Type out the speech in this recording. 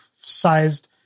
sized